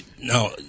now